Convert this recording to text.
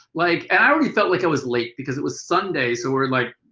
like and i already felt like it was late because it was sunday, so we're like,